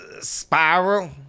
spiral